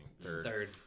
third